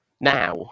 now